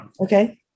Okay